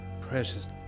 precious